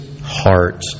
heart